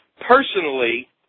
personally